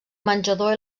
menjador